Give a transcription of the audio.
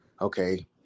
okay